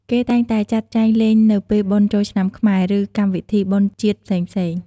គេតែងតែចាត់ចែងលេងនៅពេលបុណ្យចូលឆ្នាំខ្មែរ ឬកម្មវិធីបុណ្យជាតិផ្សេងៗ។